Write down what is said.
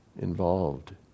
involved